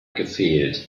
gefehlt